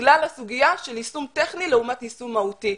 בגלל הסוגיה של יישום טכני לעומת יישום מהותי.